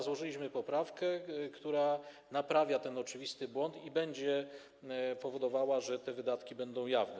Złożyliśmy poprawkę, która naprawia ten oczywisty błąd i będzie powodowała, że te wydatki będą jawne.